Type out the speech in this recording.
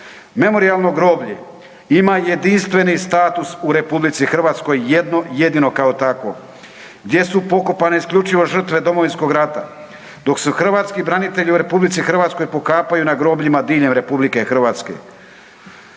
Memorijalno groblje ima jedinstveni status u RH jedno jedino kao takvo gdje su pokopane isključivo žrtve Domovinskog rata, dok se hrvatski branitelji u RH pokapaju na grobljima diljem RH. Bilo koja